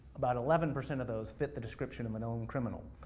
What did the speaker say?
about eleven percent of those, fit the description of a known criminal.